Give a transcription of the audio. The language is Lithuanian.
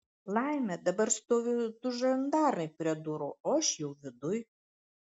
laimė dabar stovi du žandarai prie durų o aš jau viduj